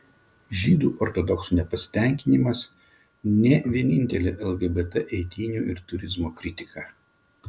žydų ortodoksų nepasitenkinimas ne vienintelė lgbt eitynių ir turizmo kritika